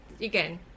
again